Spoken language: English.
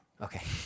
Okay